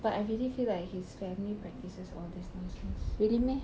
but I really feel like his family practices all these nonsense